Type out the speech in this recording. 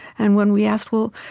and when we asked, well,